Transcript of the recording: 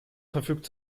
verfügt